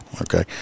okay